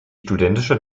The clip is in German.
studentische